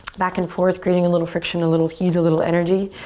back and forth, creating a little friction, a little heat, a little energy.